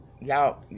Y'all